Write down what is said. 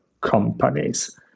companies